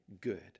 good